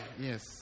Yes